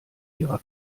ihrer